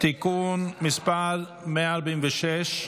(תיקון מס' 146),